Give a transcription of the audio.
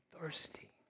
thirsty